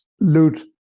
loot